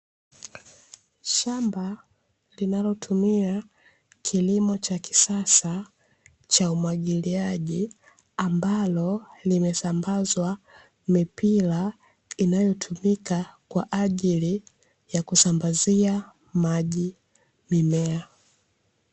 Shamba linalotumia kilimo cha kisasa cha umwagiliaji, ambalo limesambazwa mipira inayotumika kwa ajili ya kusambazia maji mimea.